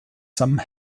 some